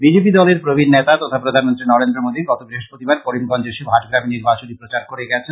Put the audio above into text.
BJP দলের প্রবীন নেতা তথা প্রধানমন্ত্রী নরেন্দ্র মোদী গত বৃহসপতিবার করিমগঞ্জ এসে ভাটগ্রামে নির্বাচনী প্রচার করে গেছেন